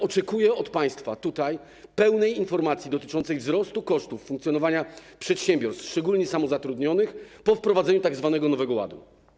Oczekuję od państwa tutaj pełnej informacji dotyczącej wzrostu kosztów funkcjonowania przedsiębiorstw, szczególnie samozatrudnionych, po wprowadzeniu tzw. Nowego Ładu.